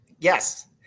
Yes